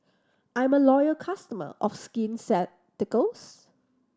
I'm a loyal customer of Skin Ceuticals